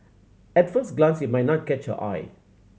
at first glance it might not catch your eye